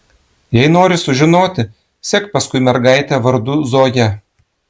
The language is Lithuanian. jei nori sužinoti sek paskui mergaitę vardu zoja